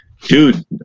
Dude